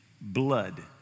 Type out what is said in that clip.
blood